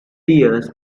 tears